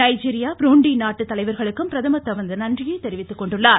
Nigeria Burundi நாட்டு தலைவர்களுக்கும் பிரதமர் தமது நன்றியை தெரிவித்துள்ளார்